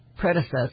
predecessor